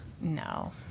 No